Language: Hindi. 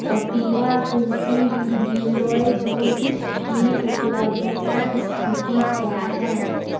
कपिवा तुलसी गिलोय जूस की उपलब्धता स्थिति क्या है